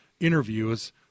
interviews